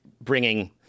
bringing